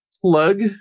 plug